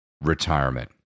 retirement